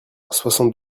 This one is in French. soixante